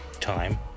time